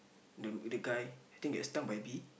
the the guy I think get stung by bee